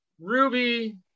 Ruby